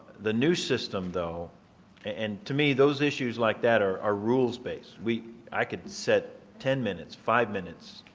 the new system though and to me those issues like that are are rules based. we i could set ten minutes, five minutes,